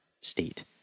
state